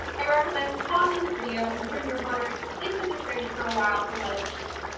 i recommend pausing the video and putting your butter into the fridge for a while to let it chill.